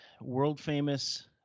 world-famous